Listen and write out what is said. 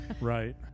right